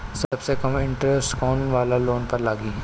सबसे कम इन्टरेस्ट कोउन वाला लोन पर लागी?